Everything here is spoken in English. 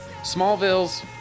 Smallville's